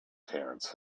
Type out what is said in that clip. terence